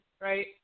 right